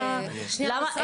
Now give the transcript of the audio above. למה?